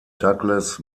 douglas